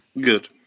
Good